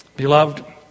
Beloved